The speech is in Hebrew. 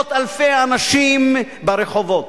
בעשרות אלפי אנשים ברחובות.